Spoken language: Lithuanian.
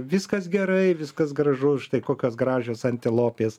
viskas gerai viskas gražu štai kokios gražios antilopės